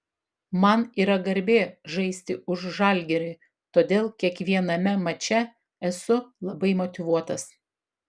man yra garbė žaisti už žalgirį todėl kiekviename mače esu labai motyvuotas